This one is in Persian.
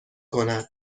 کند